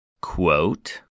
Quote